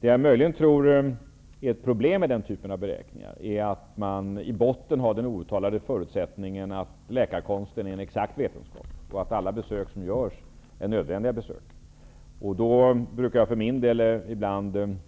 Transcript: Det som möjligen kan vara ett problem med den typen av beräkningar är att man i botten har den outtalade förutsättningen att läkarkonsten är en exakt vetenskap och att alla besök som görs är nädvändiga besök. Då brukar jag för min del ibland